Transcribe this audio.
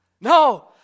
No